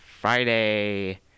Friday